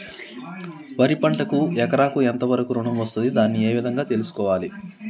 వరి పంటకు ఎకరాకు ఎంత వరకు ఋణం వస్తుంది దాన్ని ఏ విధంగా తెలుసుకోవాలి?